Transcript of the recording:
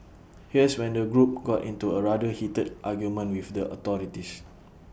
here's when the group got into A rather heated argument with the authorities